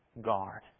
guard